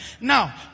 Now